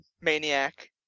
maniac